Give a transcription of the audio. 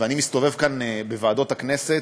ואני מסתובב כאן בוועדות הכנסת,